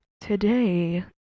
today